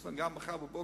יש לנו גם מחר בבוקר,